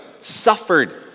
suffered